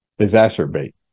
exacerbate